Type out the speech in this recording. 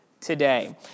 today